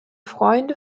freunde